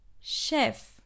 chef